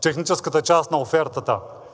техническата част на офертата.